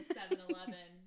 7-eleven